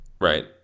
Right